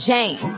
Jane